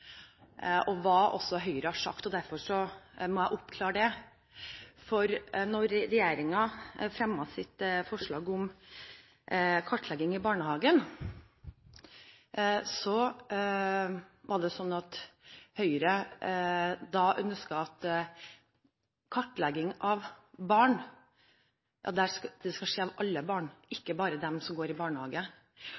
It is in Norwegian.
og hva Høyre har sagt. Derfor må jeg oppklare det. Da regjeringen fremmet sitt forslag om kartlegging i barnehagen, ønsket Høyre at kartlegging skal gjelde alle barn,